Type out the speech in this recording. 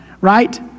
right